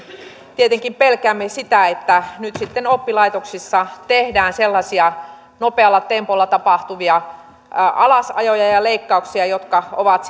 tietenkin pelkäämme sitä että nyt sitten oppilaitoksissa tehdään sellaisia nopealla tempolla tapahtuvia alasajoja ja leikkauksia jotka ovat